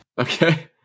Okay